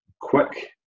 quick